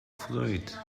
floyd